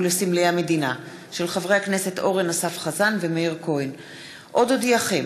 יוסף ג'בארין ועבדאללה אבו מערוף,